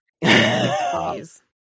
Please